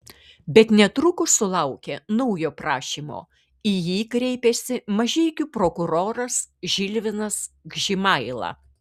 bet netrukus sulaukė naujo prašymo į jį kreipėsi mažeikių prokuroras žilvinas gžimaila